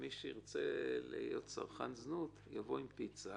שמי שרוצה להיות צרכן זנות שיבוא עם פיצה